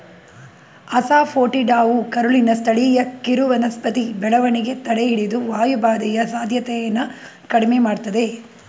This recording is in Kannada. ಅಸಾಫೋಟಿಡಾವು ಕರುಳಿನ ಸ್ಥಳೀಯ ಕಿರುವನಸ್ಪತಿ ಬೆಳವಣಿಗೆ ತಡೆಹಿಡಿದು ವಾಯುಬಾಧೆಯ ಸಾಧ್ಯತೆನ ಕಡಿಮೆ ಮಾಡ್ತದೆ